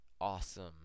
awesome